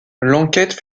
l’enquête